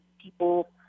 people